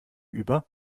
über